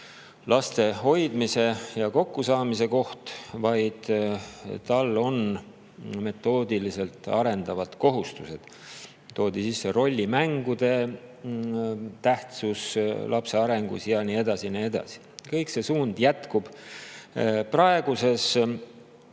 laste hoidmise ja kokkusaamise koht, vaid tal on metoodiliselt arendavad kohustused. Toodi sisse rollimängude tähtsus lapse arengus ja nii edasi ja nii edasi. Kõik see suund jätkub praeguses